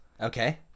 Okay